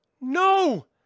No